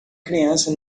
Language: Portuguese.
criança